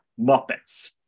Muppets